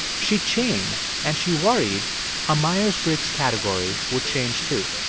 she'd changed, and she worried her myers-briggs category would change, too.